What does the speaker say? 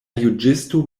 juĝisto